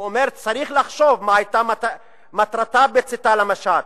הוא אומר: צריך לחשוב מה היתה מטרתה בצאתה למשט.